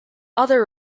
other